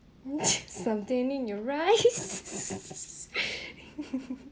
something in your eyes